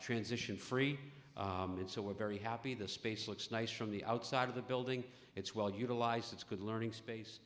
transition free and so we're very happy the space looks nice from the outside of the building it's well utilized it's a good learning space